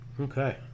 okay